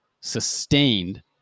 sustained